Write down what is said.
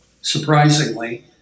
surprisingly